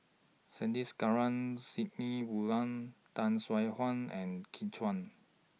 Sandrasegaran Sidney Woodhull Tay Seow Huah and Kin Chui